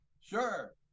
Sure